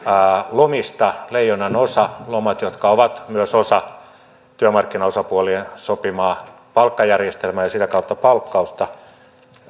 lomista leijonanosa lomat jotka ovat myös osa työmarkkinaosapuolien sopimaa palkkajärjestelmää ja ja sitä kautta palkkausta itseäni